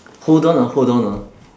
hold on ah hold on ah